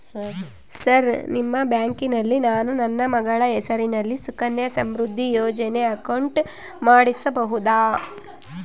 Sir ನಿಮ್ಮ ಬ್ಯಾಂಕಿನಲ್ಲಿ ನಾನು ನನ್ನ ಮಗಳ ಹೆಸರಲ್ಲಿ ಸುಕನ್ಯಾ ಸಮೃದ್ಧಿ ಯೋಜನೆ ಅಕೌಂಟ್ ಮಾಡಿಸಬಹುದಾ?